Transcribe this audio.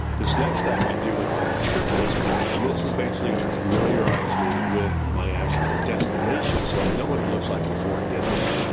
this next step i do in ah rv trip wizard, and this is basically gonna familiarize me with my actual destination, so i know what it looks like before i get there.